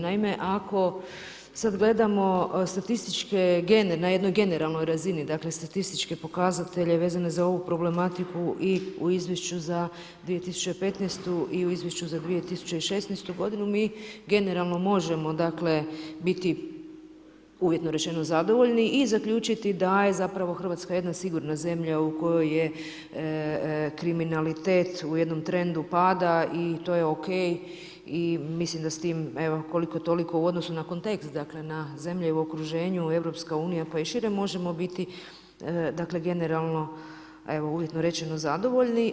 Naime, ako sada gledamo statističke gene na jednoj generalnoj razini, dakle statističke pokazatelje vezano za ovu problematiku i u izvješću za 2015. i u izvješću za 2016. godinu, mi generalno možemo biti uvjetno rečeno zadovoljni i zaključiti da je zapravo Hrvatska jedna sigurna zemlja u kojoj je kriminalitet u jednom trendu pada i to je OK i mislim da s tim evo, koliko-toliko u odnosu na kontekst, dakle na zemlje u okruženju, EU pa i šire možemo biti dakle, generalno, evo, uvjetno rečeno, zadovoljni.